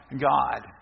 God